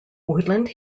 woodland